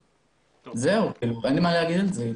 אין לי מה לומר יותר.